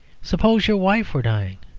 suppose your wife were dying.